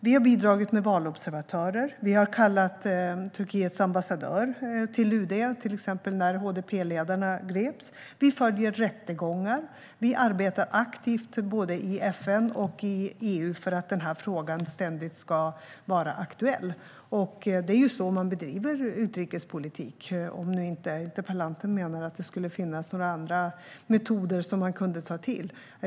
Vi har bidragit med valobservatörer. Vi har kallat Turkiets ambassadör till UD, till exempel när HDP-ledarna greps. Vi följer rättegångar. Vi arbetar aktivt både i FN och i EU för att den här frågan ständigt ska vara aktuell. Det är så man bedriver utrikespolitik - om nu inte interpellanten menar att det skulle finnas några andra metoder som man skulle kunna ta till.